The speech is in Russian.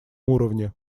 уровне